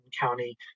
County